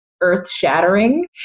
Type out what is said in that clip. earth-shattering